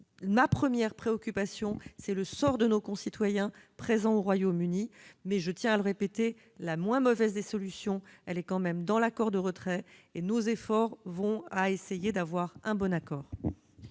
Ma première préoccupation, c'est le sort de nos concitoyens présents au Royaume-Uni. Je tiens à le répéter, la moins mauvaise des solutions figure dans l'accord de retrait. Nous nous efforçons d'obtenir un bon accord.